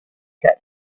cat